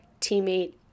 teammate